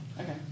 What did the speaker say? Okay